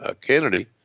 Kennedy